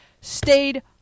stayed